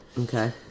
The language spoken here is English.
Okay